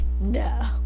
no